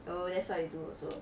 oh that's what you do also